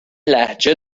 لهجه